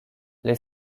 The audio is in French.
les